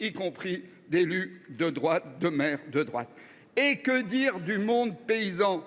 y compris d’élus de droite. Et que dire du monde paysan ?